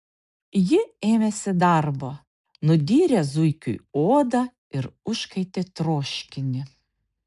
ji ėmėsi darbo nudyrė zuikiui odą ir užkaitė troškinį